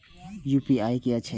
UPI की हेछे?